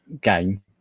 game